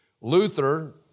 Luther